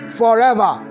forever